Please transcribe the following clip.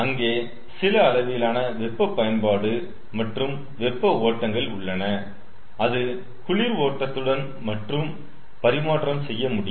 அங்கே சில அளவிலான வெப்ப பயன்பாடு மற்றும் வெப்ப ஓட்டங்கள் உள்ளன அது குளிர் ஓட்டத்துடன் மட்டும் பரிமாற்றம் செய்ய முடியும்